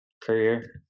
career